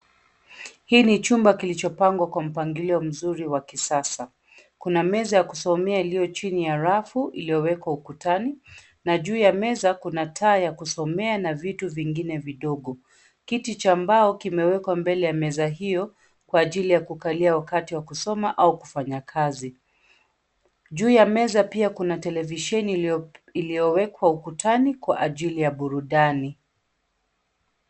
Hii ni chumba kilichopangwa kwa mpangilio mzuri wa kisasa. Kuna meza ya kusomea iliyo chini ya rafu iliyowekwa ukutani, na juu ya meza kuna taa ya kusomea na vitu vingine vidogo. Kiti cha mbao kimewekwa mbele ya meza hio kwa ajili ya kukalia wakati wa kusoma au kufanya kazi. Juu ya meza pia kuna televisheni iliyowekwa ukutani kwa ajili ya burudani.